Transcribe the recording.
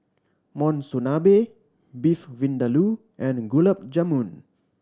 Monsunabe Beef Vindaloo and Gulab Jamun